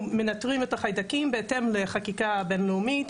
אנחנו מנטרים את החיידקים בהתאם לחקיקה הבין-לאומית,